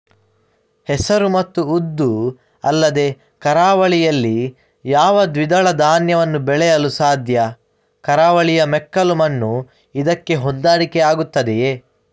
ಹೆಸರು ಮತ್ತು ಉದ್ದು ಅಲ್ಲದೆ ಕರಾವಳಿಯಲ್ಲಿ ಯಾವ ದ್ವಿದಳ ಧಾನ್ಯವನ್ನು ಬೆಳೆಯಲು ಸಾಧ್ಯ? ಕರಾವಳಿಯ ಮೆಕ್ಕಲು ಮಣ್ಣು ಇದಕ್ಕೆ ಹೊಂದಾಣಿಕೆ ಆಗುತ್ತದೆಯೇ?